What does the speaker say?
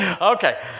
Okay